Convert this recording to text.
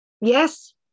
yes